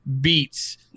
beats